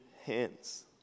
hands